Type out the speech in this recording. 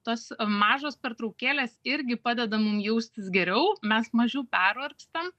tos mažos pertraukėlės irgi padeda mum jaustis geriau mes mažiau pervargstam